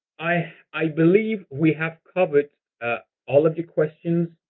i i believe we have covered all of the questions.